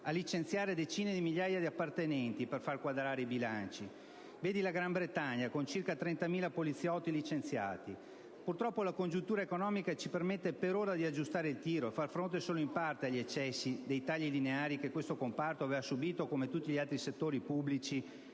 a licenziare decine di migliaia di appartenenti per far quadrare i bilanci, come in Gran Bretagna, dove circa 30.000 poliziotti sono stati licenziati. Purtroppo, la congiuntura economica ci permette per ora di aggiustare il tiro e far fronte solo in parte agli eccessi dei tagli lineari che questo comparto aveva subito, come tutti gli altri settori pubblici,